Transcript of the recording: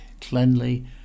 cleanly